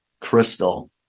Crystal